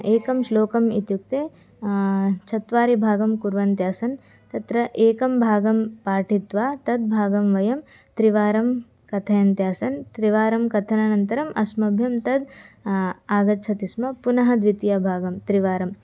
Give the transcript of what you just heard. एकं श्लोकम् इत्युक्ते चत्वारि भागं कुर्वन्त्यासन् तत्र एकं भागं पठित्वा तद् भागं वयं त्रिवारं कथयन्त्यासन् त्रिवारं कथनानन्तरम् अस्मभ्यं तद् आगच्छति स्म पुनः द्वितीयभागं त्रिवारम्